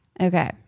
Okay